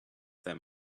there